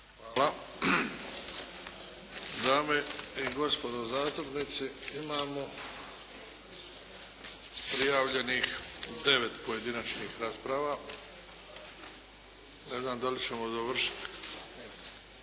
(HDZ)** Dame i gospodo zastupnici. Imamo prijavljenih devet pojedinačnih rasprava. Ne znam da li ćemo dovršiti